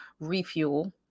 Refuel